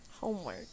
Homework